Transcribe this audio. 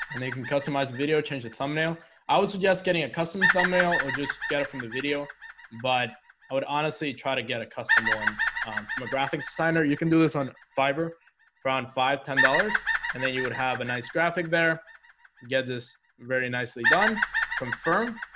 and they can customize video change the thumbnail i would suggest getting a custom thumbnail or just get it from the video but i would honestly try to get a custom one from a graphic designer you can do this on fiber for on five ten dollars and then you would have a nice graphic there get this very nicely done confirm